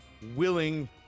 willing